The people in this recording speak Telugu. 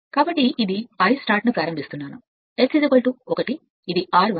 కాబట్టి ఇది I S 1 ను ప్రారంభిస్తున్నాను ఇది r 1 సరైనది